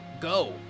go